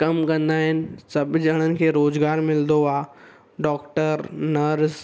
कमु कंदा आहिनि सभु ॼणनि खे रोज़गार मिलंदो आहे डॉक्टर नर्स